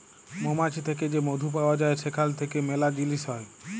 মমাছি থ্যাকে যে মধু পাউয়া যায় সেখাল থ্যাইকে ম্যালা জিলিস হ্যয়